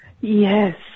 Yes